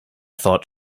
thought